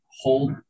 hold